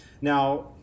Now